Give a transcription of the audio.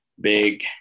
big